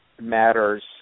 matters